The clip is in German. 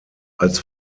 als